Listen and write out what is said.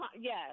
Yes